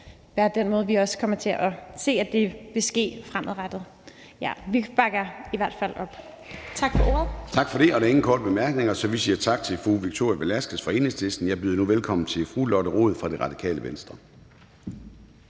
være den måde, vi også kommer til at se at det vil ske på fremadrettet. Vi bakker i hvert fald op. Tak for ordet. Kl. 12:41 Formanden (Søren Gade): Tak for det. Der er ingen korte bemærkninger, så vi siger tak til fru Victoria Velasquez fra Enhedslisten. Jeg byder nu velkommen til fru Lotte Rod fra Radikale Venstre.